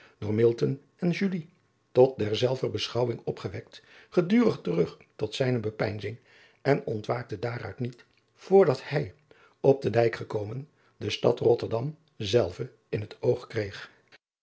door en tot derzelver beschouwing opgewekt gedurig terug tot zijne bepeinzing en ontwaakte daaruit niet voor dat hij op den dijk gekomen de stad otterdam zelve in het oog kreeg